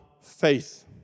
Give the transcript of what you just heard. faith